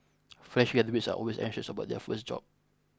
fresh graduates are always anxious about their first job